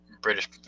british